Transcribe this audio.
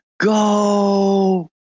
go